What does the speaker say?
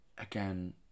Again